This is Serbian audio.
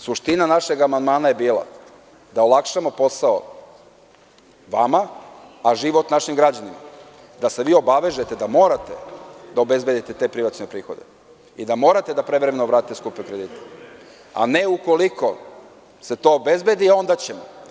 Suština našeg amandmana je bila da olakšamo posao vama, a život našim građanima, da se vi obavežete da morate da obezbedite te privacione prihode i da morate da prevremeno vratite skupe kredite, a ne ukoliko se to obezbedi onda ćemo.